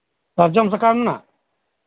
ᱥᱟᱨᱡᱚᱢ ᱥᱟᱠᱟᱢ ᱨᱮᱱᱟᱜ